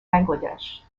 bangladesh